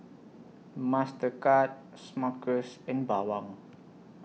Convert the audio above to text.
Mastercard Smuckers and Bawang